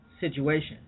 situation